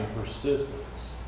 persistence